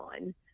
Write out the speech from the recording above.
on